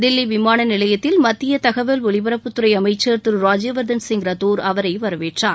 தில்லி விமான நிலையத்தில் மத்திய தகவல் ஒலிபரப்புத்துறை அமைச்சர் திரு ராஜ்யவர்தன் சிங் ரத்தோர் அவரை வரவேற்றார்